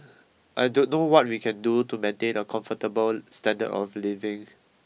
I don't know what we can do to maintain a comfortable standard of living